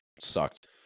sucked